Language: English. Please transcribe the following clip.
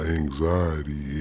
anxiety